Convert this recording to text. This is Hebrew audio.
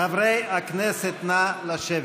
חברי הכנסת, נא לשבת.